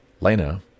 Lena